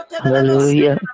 hallelujah